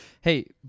Hey